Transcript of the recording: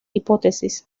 hipótesis